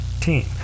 team